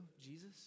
Jesus